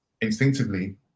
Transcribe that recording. instinctively